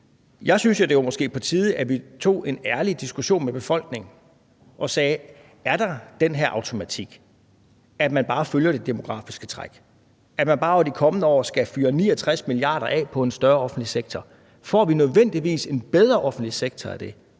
Jeg synes jo, at det måske var på tide, at vi tog en ærlig diskussion med befolkningen og sagde, at er der den her automatik, at man bare følger det demografiske træk; at man bare over de kommende år skal fyre 69 mia. kr. af på en større offentlig sektor? Får vi nødvendigvis en bedre offentlig sektor af det?